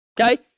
okay